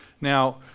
Now